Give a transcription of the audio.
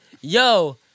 yo